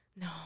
No